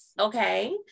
okay